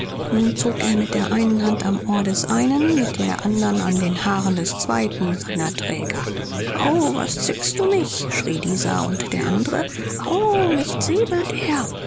nun zog er mit der einen hand am ohr des einen mit der andern an den haaren des zweiten seiner träger au was zwickst du mich schrie dieser und der andre au mich zebelt er